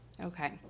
Okay